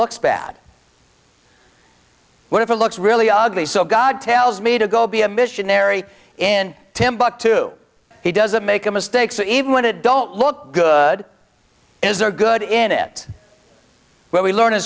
looks bad what if it looks really ugly so god tells me to go be a missionary in timbuktu he doesn't make a mistake so even when it don't look good is there good in it where we learn